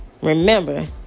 remember